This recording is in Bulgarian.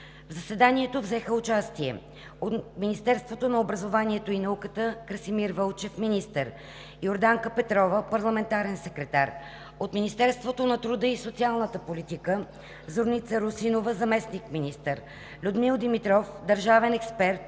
В заседанието взеха участие: от Министерството на образованието и науката – Красимир Вълчев – министър, Йорданка Петрова – парламентарен секретар, от Министерството на труда и социалната политика – Зорница Русинова – заместник-министър, Людмил Димитров – държавен експерт